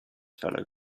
fellow